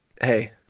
Hey